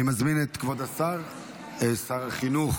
כבוד שר החינוך.